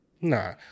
nah